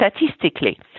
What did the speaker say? Statistically